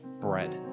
bread